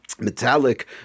metallic